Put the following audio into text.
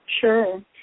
Sure